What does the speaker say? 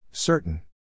Certain